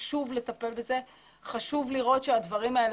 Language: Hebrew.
וחשוב לטפל בזה נקודתית ולראות שהדברים האלה